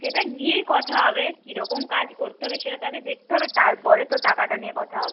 সেটা গিয়েই কথা হবে কী রকম কাজ করতে হবে সেটা তো আগে দেখতে হবে তারপরে তো টাকাটা নিয়ে কথা হবে